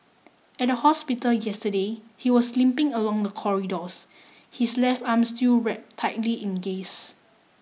at the hospital yesterday he was limping along the corridors his left arm still wrapped tightly in gaze